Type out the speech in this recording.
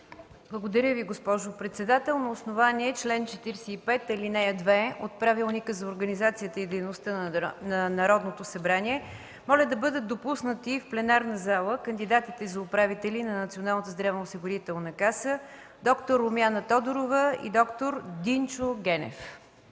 Благодаря Ви, госпожо председател. На основание чл. 45, ал. 2 от Правилника за организацията и дейността на Народното събрание моля да бъдат допуснати в пленарната зала кандидатите за управител на Националната здравноосигурителна каса д-р Румяна Тодорова и д-р Динчо Генев.